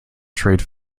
trade